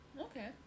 Okay